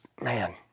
man